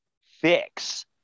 Fix